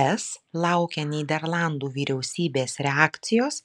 es laukia nyderlandų vyriausybės reakcijos